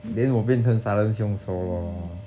then 我做杀人凶手 loh